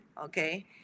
Okay